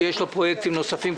שיש לו פרויקטים נוספים,